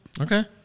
Okay